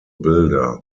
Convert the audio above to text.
builder